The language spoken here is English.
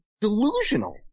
delusional